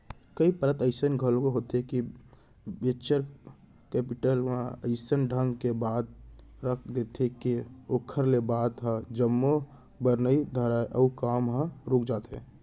कई परत अइसन घलोक होथे के वेंचर कैपिटल ह अइसन ढंग के बात रख देथे के ओखर ले बात ह जमे बर नइ धरय अउ काम ह रुक जाथे